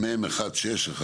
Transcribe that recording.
מ/1612.